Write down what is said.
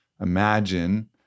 imagine